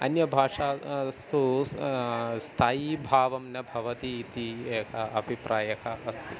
अन्यभाषा तु स्थायीभावं न भवति इति एकः अभिप्रायः अस्ति